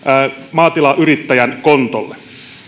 maatilayrittäjän kontolle